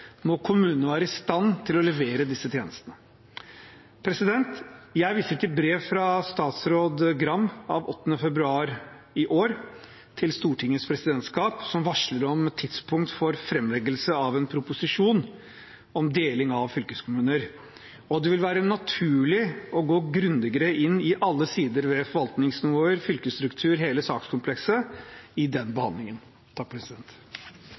må kommunene være i stand til å levere disse tjenestene. Jeg viser til brev fra statsråd Gram av 8. februar i år til Stortingets presidentskap, som varsler om tidspunkt for framleggelse av en proposisjon om deling av fylkeskommuner. Det vil være naturlig å gå grundigere inn i alle sider ved forvaltningsnivåer, fylkesstruktur, hele sakskomplekset, i den